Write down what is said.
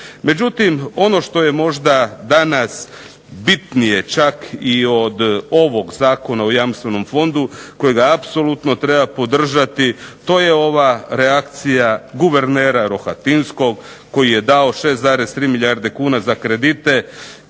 Međutim, ono što je možda danas bitnije čak i od ovog Zakona o Jamstvenom fondu kojega apsolutno treba podržati to je ova reakcija guvernera Rohatinskog koji je dao 6,3 milijarde kuna za kredite